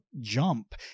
jump